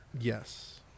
Yes